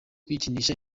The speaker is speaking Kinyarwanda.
kwikinisha